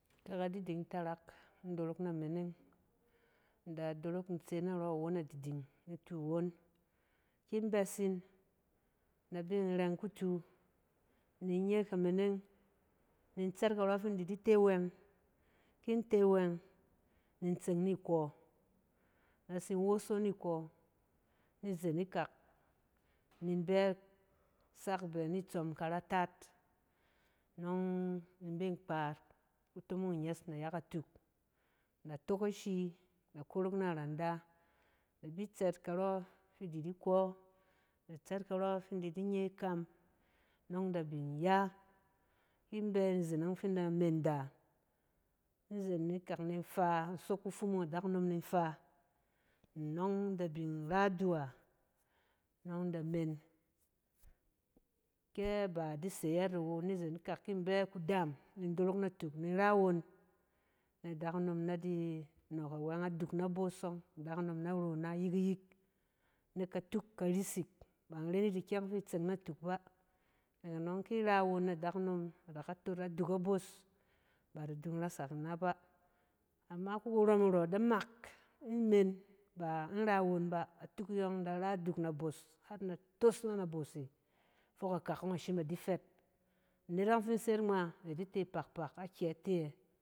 Kadiding tarak, in dorok na meneng, in da dorok in tseng narɔ awon adiding nitu won. ki in bɛs in, na bi in reng kutu, ni in nye kameneng, ni in tsɛt karɔ fin in da di te wɛng, ki in te wɛng, ni in tseng ni kɔ. na tsin woso ni kɔ, ni zeng ikak ni in bɛ sak itsɔm karataat. nɔng in bi kpa kutomong inyes nayak atuk. na tok ashi. na korok na randa, da bi tsɛt karɔ fi ida di kɔɔ. da tsɛt karɔ fi in di di nye kam, nɔng da bin di ya. ki in bɛ izeng ɔng fin in da menda. ni zeng ikak in da faa, ni sok kufumung adakunom ni faa, nɔng na bin ra duwa, nɔng da menda, kɛ ba di se ƴɛɛt awo, ni zeng ikak kɛ in bɛ kudaam ni in dorok natuk ni ra awon na adakunom na di nɔk awɛng na duk aboos ɔng, adakunom na ro na yikyik. nɛk katuk risik. ba in ren yit ikyɛng fi i tseng natuk bà. Nɛk anɔng, ki in ra won na dakunom, a da ka tot aduk aboos. ba da to rasak ina bà. ama ki kurom arɔ da mak. i men, ba in ra awon bá, atuk e yɔng na ra aduk naboos, hat na toos na naboose, fok akak ɔng a shim a di fɛt. Anet ɔng fɛ ni se yit ngma, a da di te pakpak, akyɛ te yɛ?